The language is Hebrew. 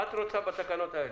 מה את רוצה בתקנות האלו?